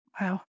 Wow